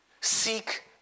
Seek